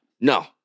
No